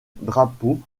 drapeau